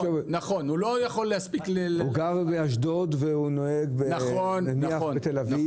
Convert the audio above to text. הוא גר באשדוד והוא נוהג למשל בתל אביב